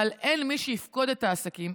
אבל אין מי שיפקוד את העסקים,